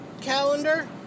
calendar